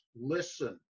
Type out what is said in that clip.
listen